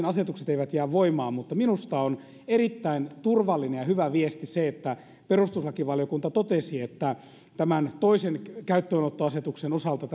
asetukset eivät jää voimaan mutta minusta on erittäin turvallinen ja hyvä viesti että perustuslakivaliokunta totesi että tämän toisen käyttöönottoasetuksen osalta